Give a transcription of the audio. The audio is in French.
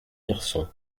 hirson